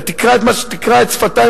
ותקרא את שפתי,